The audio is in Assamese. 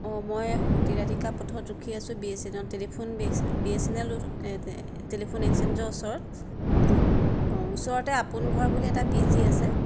অঁ মই সতী ৰাধিকা পথত ৰখি আছো B S N L telephone B S N L telephone এক্সেঞ্জৰ ওচৰত ওচৰতে আপোন ঘৰ বুলি এটা পি জি আছে